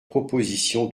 proposition